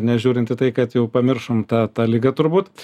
nežiūrint į tai kad jau pamiršom tą tą ligą turbūt